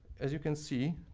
as you can see,